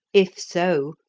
if so,